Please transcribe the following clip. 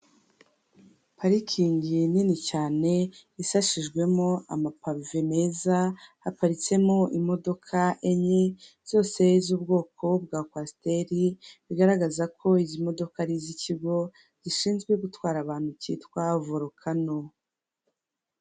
Parikingi nini cyane, ishashijwemo amapave meza, haparitsemo imodoka enye zose z'ubwoko bwa kwasiteri, bigaragaza ko izi modoka ari iz'ikigo zishinzwe gutwara abantu, cyitwa vorukano.